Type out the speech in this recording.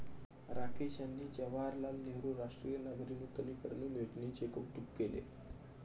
राकेश यांनी जवाहरलाल नेहरू राष्ट्रीय नागरी नूतनीकरण योजनेचे कौतुक केले